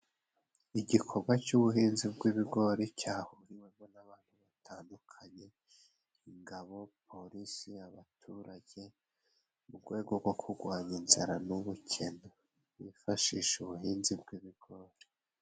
Igikorwa cy'ubuhinzi bw'ibigori cyahuriwemo n'abantu batandukanye, ingabo, polisi, abaturage, mu gwego rwo kurwanya inzara, n'ubukene bifashisha ubuhinzi bw'ibigori.